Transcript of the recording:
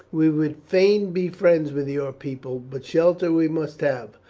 we would fain be friends with your people, but shelter we must have.